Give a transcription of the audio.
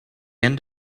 end